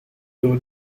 door